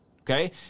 okay